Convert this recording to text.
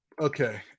Okay